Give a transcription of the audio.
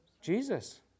Jesus